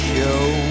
show